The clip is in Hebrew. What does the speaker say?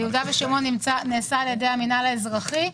ביהודה ושומרון נעשה על ידי המינהל האזרחי.